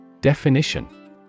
Definition